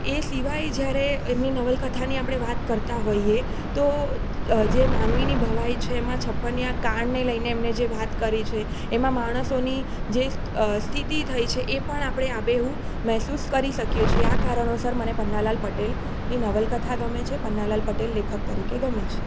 એ સિવાય જ્યારે એમની નવલકથાની આપણે વાત કરતા હોઈએ તો જે માનવીની ભવાઈ છે એમાં છપ્પનિયા કાળને લઈને એમને જે વાત કરી છે એમાં માણસોની જે સ્થિતિ થઈ છે એ પણ આપણે આબેહૂબ મહેસૂસ કરી શકીએ છીએ આ કારણોસર મને પન્નાલાલ પટેલની નવલકથા ગમે છે પન્નાલાલ પટેલ લેખક તરીકે ગમે છે